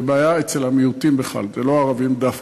זו בעיה אצל המיעוטים בכלל, זה לא ערבים דווקא,